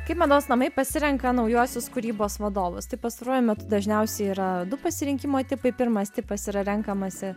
kaip mados namai pasirenka naujosios kūrybos vadovus tai pastaruoju metu dažniausiai yra du pasirinkimo tipai pirmas tipas yra renkamasi